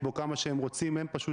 אז אני רוצה להגיד לכם קודם כול,